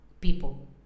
people